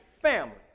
family